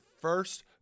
first